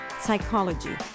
psychology